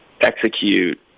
execute